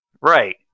Right